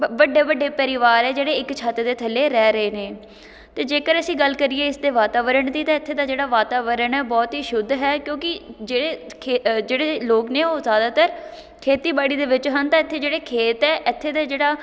ਵੱਡੇ ਵੱਡੇ ਪਰਿਵਾਰ ਹੈ ਜਿਹੜੇ ਇੱਕ ਛੱਤ ਦੇ ਥੱਲੇ ਰਹਿ ਰਹੇ ਨੇ ਅਤੇ ਜੇਕਰ ਅਸੀਂ ਗੱਲ ਕਰੀਏ ਇਸ ਦੇ ਵਾਤਾਵਰਨ ਦੀ ਤਾਂ ਇੱਥੇ ਦਾ ਜਿਹੜਾ ਵਾਤਾਵਰਨ ਹੈ ਬਹੁਤ ਹੀ ਸ਼ੁੱਧ ਹੈ ਕਿਉਂਕਿ ਜਿਹੜੇ ਖੇ ਜਿਹੜੇ ਲੋਕ ਨੇ ਉਹ ਜ਼ਿਆਦਾਤਰ ਖੇਤੀਬਾੜੀ ਦੇ ਵਿੱਚ ਹਨ ਤਾਂ ਇੱਥੇ ਜਿਹੜੇ ਖੇਤ ਹੈ ਇੱਥੇ ਦੇ ਜਿਹੜਾ